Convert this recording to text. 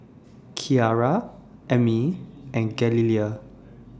Kiara Emmie and Galilea